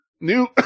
New